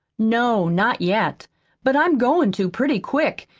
no, not yet but i'm goin' to pretty quick,